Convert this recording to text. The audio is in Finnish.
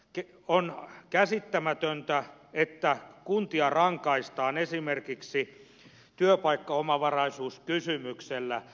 on käsittämätöntä että kuntia rangaistaan esimerkiksi työpaikkaomavaraisuuskysymyksellä